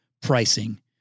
pricing